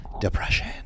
depression